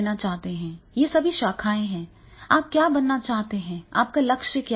ये सभी शाखाएं हैं आप क्या बनना चाहते हैं आपका लक्ष्य क्या है